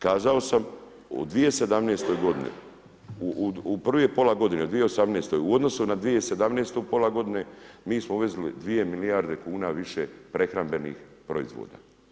Kazao sam u 2017. g., u prvih pola godine 2018., u odnosu na 2017. pola godine, mi smo uvezli 2 milijarde kuna više prehrambenih proizvoda.